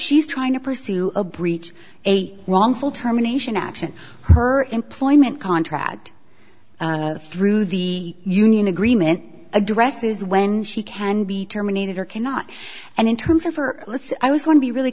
she's trying to pursue a breach a wrongful termination action her employment contract through the union agreement addresses when she can be terminated or cannot and in terms of her let's i was one be really